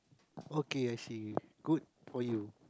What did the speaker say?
okay I see good for you